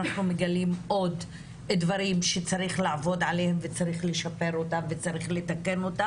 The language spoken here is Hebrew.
אנחנו מגלים עוד דברים שצריך לעבוד עליהם וצריך לשפר ולתקן אותם